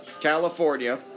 California